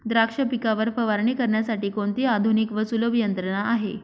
द्राक्ष पिकावर फवारणी करण्यासाठी कोणती आधुनिक व सुलभ यंत्रणा आहे?